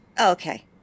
Okay